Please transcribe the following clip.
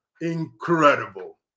incredible